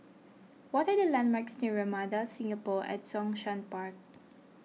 what are the landmarks near Ramada Singapore at Zhongshan Park